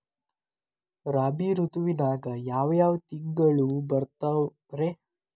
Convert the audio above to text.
ರಾಬಿ ಋತುವಿನಾಗ ಯಾವ್ ಯಾವ್ ತಿಂಗಳು ಬರ್ತಾವ್ ರೇ?